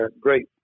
great